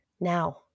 now